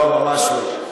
לא, ממש לא.